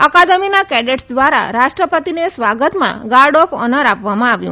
અકાદમીના cadets દ્વારા રાષ્ટ્રપતિના સ્વાગતમાં ગાર્ડ ઓફ ઓનર આપવામાં આવ્યું